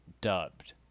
dubbed